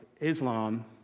Islam